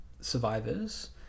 survivors